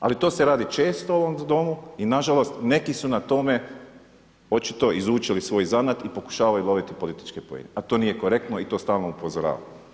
Ali to se radi često u ovom Domu i nažalost neki su na tome očito izučili svoj zanat i pokušavaju loviti političke poene a to nije korektno i to stalno upozoravam.